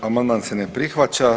Amandman se ne prihvaća.